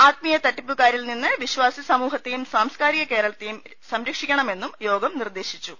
ആത്മീയ തട്ടിപ്പുകാരിൽ നിന്ന് വിശ്വാസി സമൂഹത്തെയും സാംസ്കാരിക കേരളത്തെയും രക്ഷിക്കണമെന്നും യോഗം നിർദേ ശിച്ചു